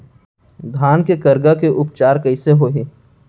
धान के करगा के उपचार कइसे होही?